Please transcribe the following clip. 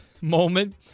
moment